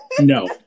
no